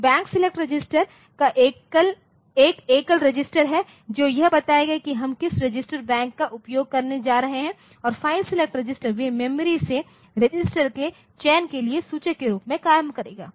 तो bank select register एक एकल रजिस्टर है जो यह बताएगा कि हम किस रजिस्टर बैंक का उपयोग करने जा रहे हैं और फाइल सेलेक्ट रजिस्टर वे मेमोरी से रजिस्टर के चयन के लिए सूचक के रूप में कार्य करेंगे